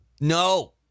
No